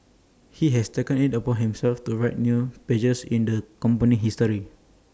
he has taken IT upon himself to write new pages in the company's history